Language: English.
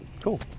Cool